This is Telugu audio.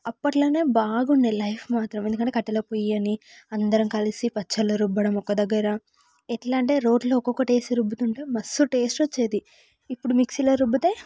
అప్పట్లో బాగుండే లైఫ్ మాత్రం ఎందుకంటే కట్టెల పొయ్యి అని అందరం కలిసి పచ్చళ్ళు రుబ్బడం ఒక దగ్గర ఎట్లా అంటే రోటిలో ఒక్కొక్కటి వేసి రుబ్బుతు ఉంటే మస్తు టేస్ట్ వచ్చేది ఇప్పుడు మిక్సీలో రుబ్బితే